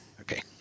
Okay